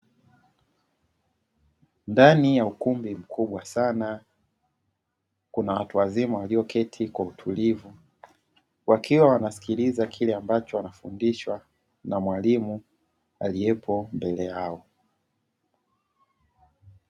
Ndani ya ukumbi mkubwa sana kuna watu wazima walioketi kwa utulivu, wakiwa wanasikiliza kile wanachofundishwa na mwalimu aliyepo mbele yao.